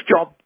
job